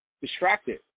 distracted